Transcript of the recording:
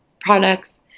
products